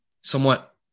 somewhat